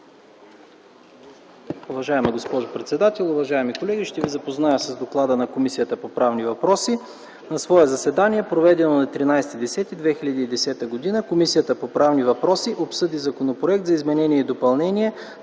Благодаря, госпожо председател. Уважаеми колеги! Ще ви запозная с: „ДОКЛАД на Комисията по правни въпроси На свое заседание, проведено на 1 септември 2010 г. Комисията по правни въпроси обсъди Законопроект за изменение и допълнение на